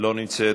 לא נמצאת,